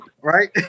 right